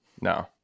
no